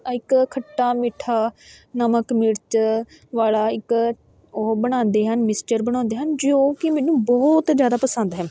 ਇੱਕ ਖੱਟਾ ਮਿੱਠਾ ਨਮਕ ਮਿਰਚ ਵਾਲਾ ਇੱਕ ਉਹ ਬਣਾਉਂਦੇ ਹਨ ਮਿਸਚਰ ਬਣਾਉਂਦੇ ਹਨ ਜੋ ਕਿ ਮੈਨੂੰ ਬਹੁਤ ਜ਼ਿਆਦਾ ਪਸੰਦ ਹੈ